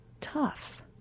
tough